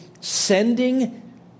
sending